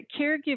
caregivers